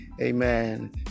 amen